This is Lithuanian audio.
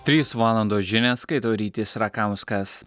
trys valandos žinias skaito rytis rakauskas